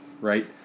right